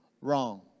Wrong